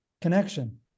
connection